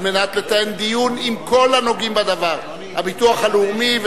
מנת לתאם דיון עם כל הנוגעים בדבר: הביטוח הלאומי,